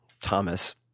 Thomas